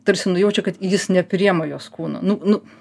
tarsi nujaučia kad jis nepriima jos kūno nu nu